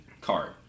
card